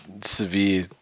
severe